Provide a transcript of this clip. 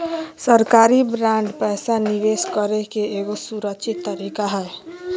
सरकारी बांड पैसा निवेश करे के एगो सुरक्षित तरीका हय